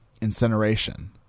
incineration